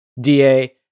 DA